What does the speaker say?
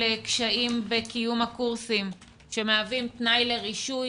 קשיים בקיום הקורסים שמהווים תנאי לרישוי,